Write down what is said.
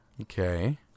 okay